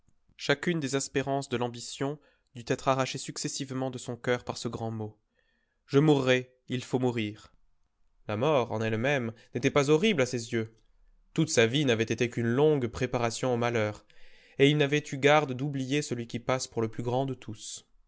chacune des espérances de l'ambition dut être arrachée successivement de son coeur par ce grand mot je mourrai il faut mourir la mort en elle-même n'était pas horrible à ses yeux toute sa vie n'avait été qu'une longue préparation au malheur et il n'avait eu garde d'oublier celui qui passe pour le plus grand de tous